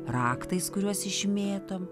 raktais kuriuos išmėtom